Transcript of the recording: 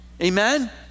amen